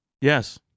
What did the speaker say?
yes